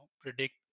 predict